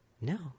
No